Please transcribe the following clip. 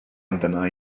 amdana